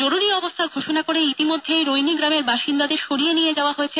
জরুরী অবস্থা ঘোষনা করে ইতিমধ্যেই রইনি গ্রামের বাসিন্দাদের সরিয়ে নিয়ে যাওয়া হয়েছে